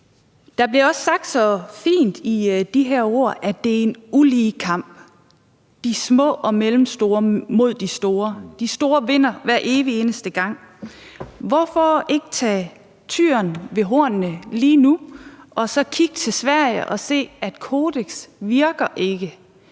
Der bliver også sagt så fint i de her ord, at det er en ulige kamp – de små og mellemstore mod de store, hvor de store vinder hver evig eneste gang. Hvorfor ikke tage tyren ved hornene lige nu ved at kigge mod Sverige, hvor et sådant kodeks ikke